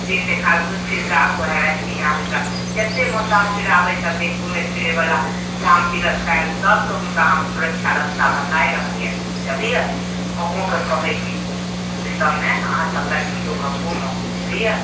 दिन देखार घुमि फिर कऽ आबू आ रातिमे हियाँ जतेक मोसाफिर आबैत छथिन घुमै फिरै बला धाम तीरथ करै लऽ सब कऽ हुनका हम सुरक्षा रस्ता बताये रहलियै हन बुझलियै अहुँ कऽ कहैत छी ओहि सबमे अहाँ सतर्की हो कऽ घुमब बुझलियै